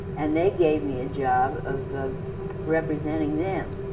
and they gave me a job of representing them,